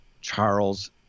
Charles